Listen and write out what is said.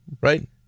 right